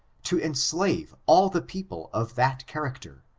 to enslave all the people of that character,